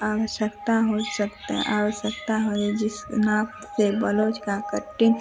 आवश्यकता हो सकते आवश्यकता हो जिस नाप से ब्लाउज की कटिन्ग